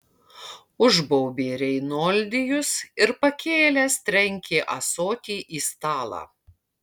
užbaubė reinoldijus ir pakėlęs trenkė ąsotį į stalą